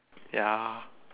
ya